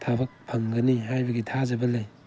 ꯊꯕꯛ ꯐꯪꯒꯅꯤ ꯍꯥꯏꯕꯒꯤ ꯊꯥꯖꯕ ꯂꯩ